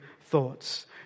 thoughts